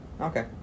Okay